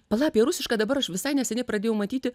pala apie rusišką dabar aš visai neseniai pradėjau matyti